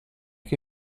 che